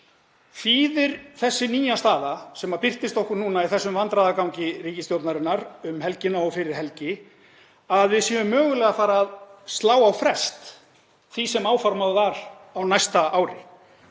Þýðir þessi nýja staða, sem birtist okkur núna í vandræðagangi ríkisstjórnarinnar um helgina og fyrir helgi, að við séum mögulega að fara að slá á frest því sem áformað var á næsta ári?